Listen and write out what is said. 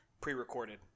pre-recorded